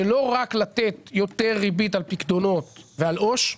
זה לא רק לתת יותר ריבית על פיקדונות ועל עו"ש.